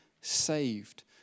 saved